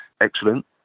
excellent